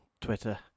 Twitter